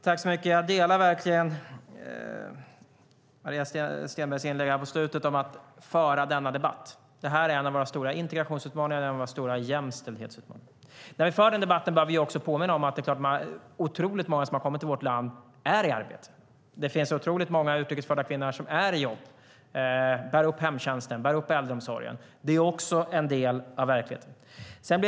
Herr talman! Jag delar Maria Stenbergs uppfattning när det gäller att föra denna debatt. Det här är en av våra integrationsutmaningar och en av våra stora jämställdhetsutmaningar. När vi för den här debatten bör vi också påminna om att många som har kommit till vårt land är i arbete. Det finns många utrikes födda kvinnor som är i jobb. De bär upp hemtjänsten, och de bär upp äldreomsorgen. Det är också en del av verkligheten.